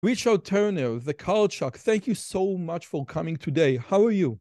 ריצ'או טרנר, ז'קלצ'אק, תודה רבה שבאתם כאן היום, איך אתם?